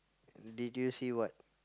did you see what